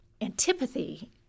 antipathy